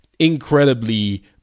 Incredibly